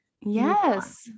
Yes